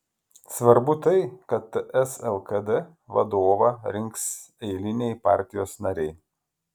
svarbu tai kad ts lkd vadovą rinks eiliniai partijos nariai